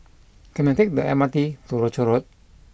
can I take the M R T to Rochor Road